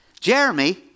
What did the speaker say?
Jeremy